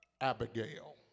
Abigail